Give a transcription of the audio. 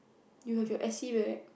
you'll have F_C right